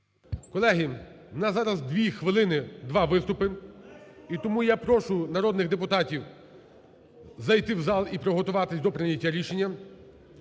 Колеги, в нас зараз дві хвилини, два виступи. І тому я прошу народних депутатів зайти в зал і приготуватись до прийняття рішення.